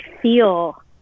feel